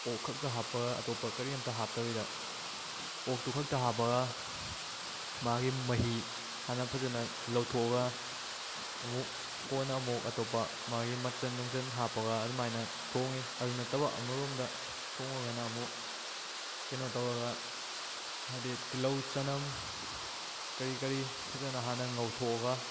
ꯑꯣꯛ ꯈꯛꯇ ꯍꯥꯞꯄꯒ ꯑꯇꯣꯞꯄ ꯀꯔꯤꯝꯇ ꯍꯥꯞꯇꯕꯤꯗ ꯑꯣꯛꯇꯨ ꯈꯛꯇ ꯍꯥꯞꯄꯒ ꯃꯥꯒꯤ ꯃꯥꯍꯤ ꯍꯥꯟꯅ ꯐꯖꯅ ꯂꯧꯊꯣꯛꯑꯒ ꯑꯃꯨꯛ ꯀꯣꯟꯅ ꯑꯃꯨꯛ ꯑꯇꯣꯞꯄ ꯃꯥꯒꯤ ꯃꯆꯟ ꯅꯨꯡꯆꯟ ꯍꯥꯞꯄꯒ ꯑꯗꯨꯃꯥꯏꯅ ꯊꯣꯡꯉꯤ ꯑꯗꯨ ꯅꯠꯇꯕ ꯑꯃꯔꯣꯝꯗ ꯊꯣꯡꯉꯒꯅ ꯑꯃꯨꯛ ꯀꯩꯅꯣ ꯇꯧꯔꯒ ꯍꯥꯏꯗꯤ ꯇꯤꯜꯂꯧ ꯆꯅꯝ ꯀꯔꯤ ꯀꯔꯤ ꯐꯖꯅ ꯍꯥꯟꯅ ꯉꯧꯊꯣꯛꯑꯒ